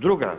Druga